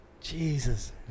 Jesus